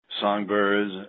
songbirds